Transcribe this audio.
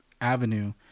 avenue